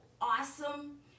awesome